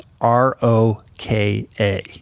R-O-K-A